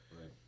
Right